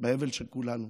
באבל של כולנו,